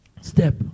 step